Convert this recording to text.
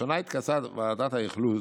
השנה התכנסה ועדת האכלוס